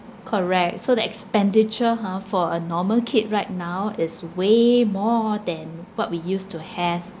correct so the expenditure ha for a normal kid right now is way more than what we used to have